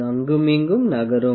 அது அங்கும் இங்கும் நகரும்